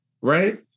Right